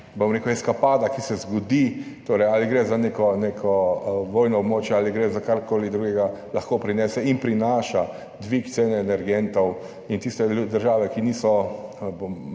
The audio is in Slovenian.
rekel, eskapada, ki se zgodi, ali gre za neko vojno območje ali gre za karkoli drugega, lahko prinese in prinaša dvig cene energentov. Tiste države, ki niso